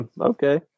okay